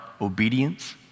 obedience